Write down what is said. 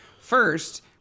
First